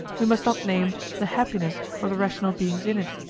we must not name the happiness of the rational beings in it,